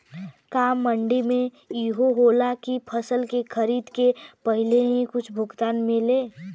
का मंडी में इहो होला की फसल के खरीदे के पहिले ही कुछ भुगतान मिले?